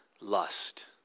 lust